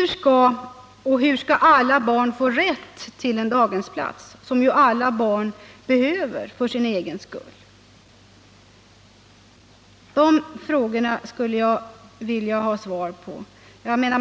alltför lågt. Och hur skall alla barn få rätt till en daghemsplats, något som ju alla barn också behöver för sin egen skull? Jag skulle vilja få svar på de frågorna.